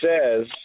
says